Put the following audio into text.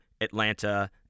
Atlanta